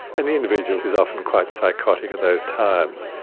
and the individual is often quite psychotic at those times.